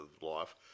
life